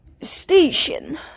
Station